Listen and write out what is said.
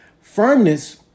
firmness